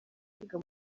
kwiga